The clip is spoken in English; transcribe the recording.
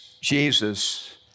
Jesus